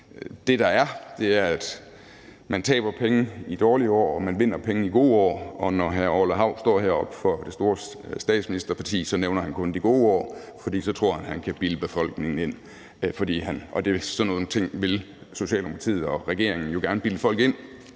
det, der er, er, at man taber penge i dårlige år og man vinder penge i gode år, og når hr. Orla Hav står heroppe for det store statsministerparti, nævner han kun de gode år, for så tror han, at han kan bilde befolkningen ind – og sådan nogle ting vil Socialdemokratiet og regeringen jo gerne bilde folk ind